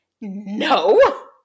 No